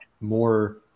more